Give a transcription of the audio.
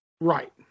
right